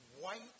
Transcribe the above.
white